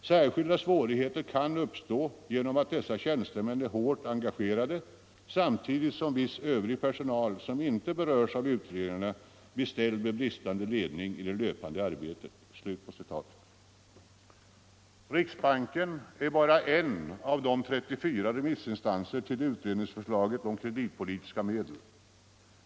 Särskilda svårigheter kan uppstå genom att dessa tjän 165 stemän är hårt engagerade, samtidigt som viss övrig personal, som inte berörs av utredningarna, blir ställd med bristande ledning i det löpande arbetet.” Riksbanken är bara en av 34 remissinstanser till utredningsförslaget om kreditpolitiska medel.